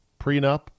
prenup